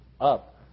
up